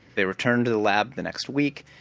they returned to the lab the next week,